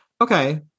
okay